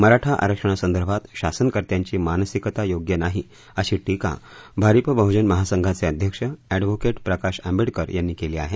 मराठा आरक्षणासंदर्भात शासनकर्त्यांची मानसिकता योग्य नाही अशी टीका भारीप बहजन महासंघाचे अध्यक्ष अद्व प्रकाश आंबेडकर यांनी केली आहे